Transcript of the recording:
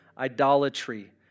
idolatry